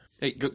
Hey